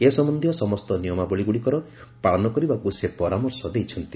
ଏ ସମ୍ଭନ୍ଧୀୟ ସମସ୍ତ ନିୟମାବଳୀଗୁଡ଼ିକର ପାଳନ କରିବାକୁ ସେ ପରାମର୍ଶ ଦେଇଛନ୍ତି